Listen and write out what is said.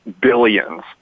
billions